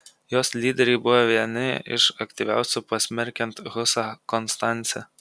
jos lyderiai buvo vieni iš aktyviausių pasmerkiant husą konstance